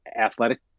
athletic